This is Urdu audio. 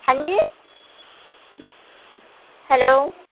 ہاں جی ہیلو